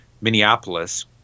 Minneapolis